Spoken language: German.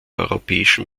europäischen